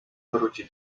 wróci